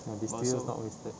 ya these two years not wasted